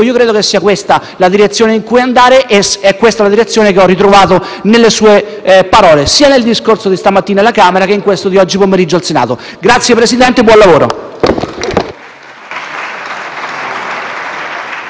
di stamattina alla Camera che in quello di oggi pomeriggio al Senato. Grazie Presidente, buon lavoro.